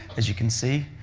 as you can see,